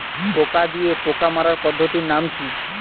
পোকা দিয়ে পোকা মারার পদ্ধতির নাম কি?